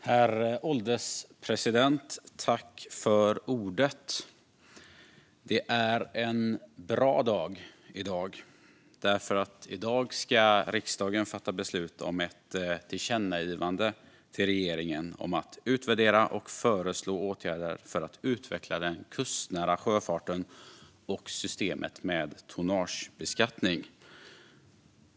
Herr ålderspresident! Det är en bra dag i dag, för i dag ska riksdagen fatta beslut om ett tillkännagivande till regeringen om att utvärdera och föreslå åtgärder för att utveckla den kustnära sjöfarten och systemet med tonnagebeskattning.